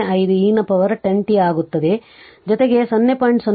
05 e ನ power 10 t ಆಗುತ್ತದೆ ಜೊತೆಗೆ 0